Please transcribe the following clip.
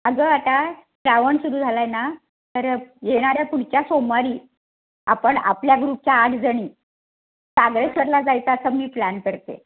अगं आता श्रावण सुरू झाला आहे ना तर येणाऱ्या पुढच्या सोमवारी आपण आपल्या ग्रुपच्या आठजणी सागरेश्वरला जायचा असा मी प्लॅन करतेय